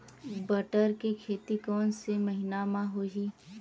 बटर के खेती कोन से महिना म होही?